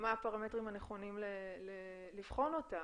מה הפרמטרים הנכונים לבחון אותה.